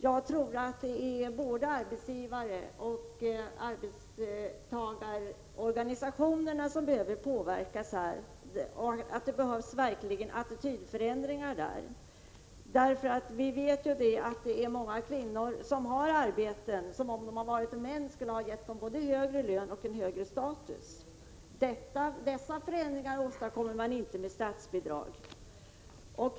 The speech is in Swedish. Jag tror att både arbetsgivaroch arbetstagarorganisationerna behöver påverkas här. Där behövs det verkligen attitydförändringar. Det är många kvinnor som har arbeten som, om de varit män, skulle ha givit dem både högre lön och en högre status. De förändringarna åstadkommer man inte med statsbidrag.